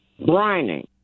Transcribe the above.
Brining